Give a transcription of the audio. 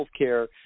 healthcare